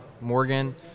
morgan